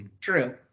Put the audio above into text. True